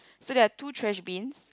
so there are two trash bins